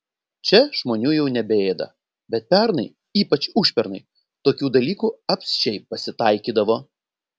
čia žmonių jau nebeėda bet pernai ypač užpernai tokių dalykų apsčiai pasitaikydavo